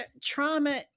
Trauma